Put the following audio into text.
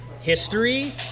history